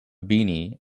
beanie